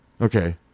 Okay